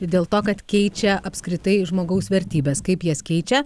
ir dėl to kad keičia apskritai žmogaus vertybes kaip jas keičia